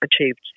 achieved